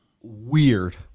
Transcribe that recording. weird